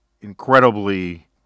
incredibly